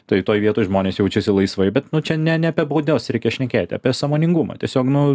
tai toj vietoj žmonės jaučiasi laisvai bet čia ne ne apie baudas reikia šnekėti apie sąmoningumą tiesiog nu